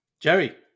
Jerry